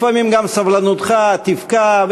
לפעמים גם סבלנותך תפקע,